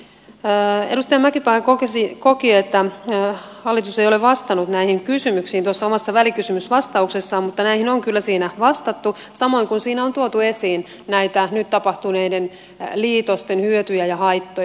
edustaja mäkipää koki että hallitus ei ole vastannut näihin kysymyksiin tuossa omassa välikysymysvastauksessaan mutta näihin on kyllä siinä vastattu samoin kuin siinä on tuotu esiin näitä nyt tapahtuneiden liitosten hyötyjä ja haittoja